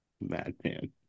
Madman